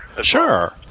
Sure